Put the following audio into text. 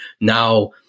now